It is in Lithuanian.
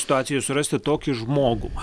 situacijoje surasti tokį žmogų